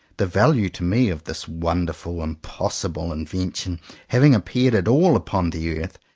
the value to me of this wonderful impossible invention having appeared at all upon the earth,